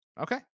Okay